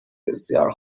بسیار